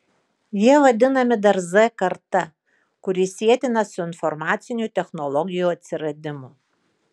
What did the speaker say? jie vadinami dar z karta kuri sietina su informacinių technologijų atsiradimu